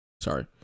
sorry